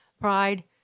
pride